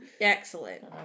Excellent